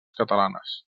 catalanes